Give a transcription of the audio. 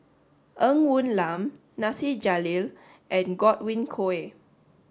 Ng Woon Lam Nasir Jalil and Godwin Koay